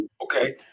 Okay